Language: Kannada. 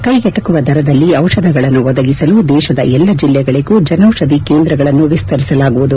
ಕೈಗೆಟಗುವ ದರದಲ್ಲಿ ದಿಷಧಿಗಳನ್ನು ಒದಗಿಸಲು ದೇಶದ ಎಲ್ಲಾ ಜಿಲ್ಲೆಗಳಗೂ ಜನೌಷಧಿ ಕೇಂದ್ರಗಳನ್ನು ವಿಸ್ತರಿಸಲಾಗುವುದು